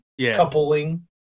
coupling